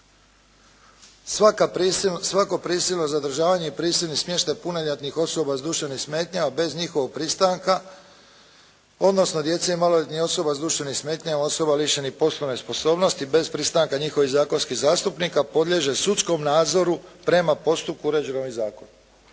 svako prisilno zadržavanje i prisilni smještaj punoljetnih osoba s duševnim smetnjama bez njihovog pristanka odnosno djece i maloljetnih osoba s duševnim smetnjama, osoba lišenih poslovne sposobnosti bez pristanka njihovih zakonskih zastupnika podliježe sudskom nadzoru prema postupku uređenom ovim zakonom.